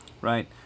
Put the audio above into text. right